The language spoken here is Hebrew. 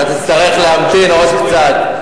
אתה תצטרך להמתין עוד קצת,